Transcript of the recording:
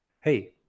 Hey